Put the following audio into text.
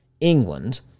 England